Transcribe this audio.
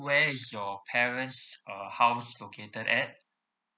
where is your parents uh house located at